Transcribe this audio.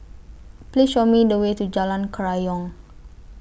Please Show Me The Way to Jalan Kerayong